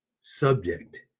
subject